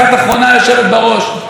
דמנו אינו הפקר.